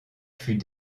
fut